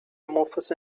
amorphous